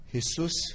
Jesus